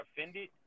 offended